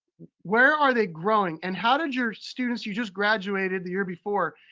where are they growing? and how did your students who just graduated the year before,